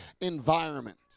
environment